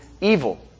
evil